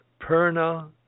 perna